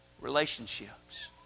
Relationships